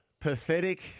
pathetic